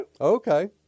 Okay